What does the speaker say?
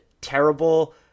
terrible